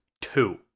Two